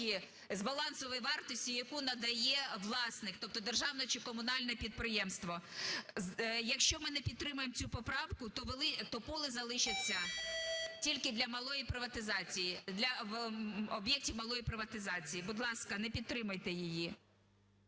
з балансової вартості, яку надає власник, тобто державне чи комунальне підприємство. Якщо ми не підтримаємо цю поправку, то пули залишаться тільки для малої приватизації, для об'єктів малої приватизації. Будь ласка, не підтримуйте її.